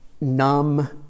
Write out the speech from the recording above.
numb